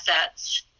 assets